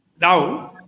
Now